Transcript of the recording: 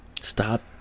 Stop